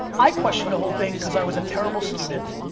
i question the whole thing cause i was a terrible student,